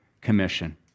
commission